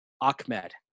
Ahmed